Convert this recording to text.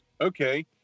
Okay